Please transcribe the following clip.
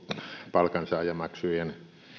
palkansaajamaksujen